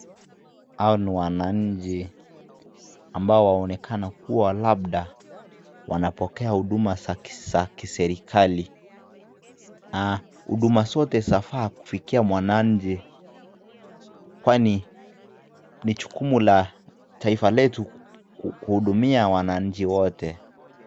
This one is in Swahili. Hao ni wananchi ambao wanaonekana kuwa labda wanapokea huduma za kiserikali. Huduma zote zafaa kufikia mwananchi kwani ni jukumu la taifa letu kuhudumia wananchi wote.